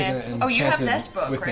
and oh you have this book!